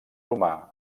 romà